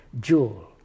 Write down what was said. jewel